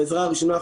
בעזרה הראשונה,